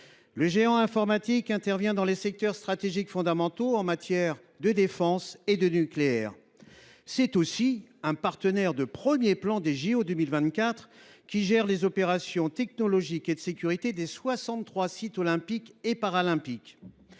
Le géant informatique intervient en effet dans les secteurs stratégiques fondamentaux en matière de défense et de nucléaire. C’est aussi un partenaire de premier plan des jeux Olympiques de 2024 qui gère les opérations technologiques et de sécurité des soixante trois sites olympiques et paralympiques.